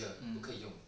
um